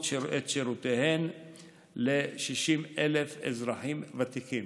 את שירותיהן ל-60,000 אזרחים ותיקים.